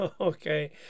Okay